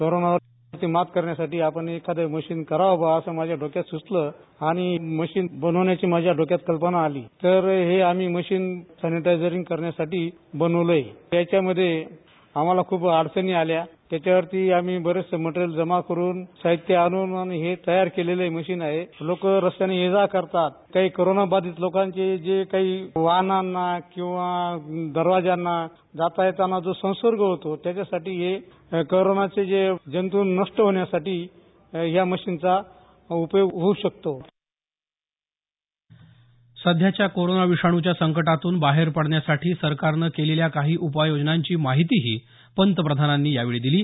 कोरोनावर मात आपण एखाद्या मशीन करावा असं माझ्या डोक्यात मशीन बनवण्याचे माझ्या डोक्यात कल्पना आली तर हे आणि मशीन सॅनिटायझरींग करण्यासाठी बनवले त्याच्यामध्ये आम्हाला खूप अडचणी आल्या त्याच्यावरती आणि बरच मटेरयिल जमा करून साहित्य आणून हे तयार केलेले मशीन आहेत लोकं रस्त्याने ये जा करतात काही कोरोनाबाधित लोकांचे जे काही वाहनांना किंवा दरवाजांना जाता येताना जो संसर्ग होतो त्याच्यासाठी हे कोरोनाचे जंतू नष्ट होण्यासाठी ह्या मशीन चा उपयोग होऊ शकतो सध्याच्या कोरोना विषाणूच्या संकटातून बाहेर पडण्यासाठी सरकारनं केलेल्या काही उपाययोजनांची माहितीही पंतप्रधानांनी यावेळी दिली